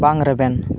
ᱵᱟᱝ ᱨᱮᱵᱮᱱ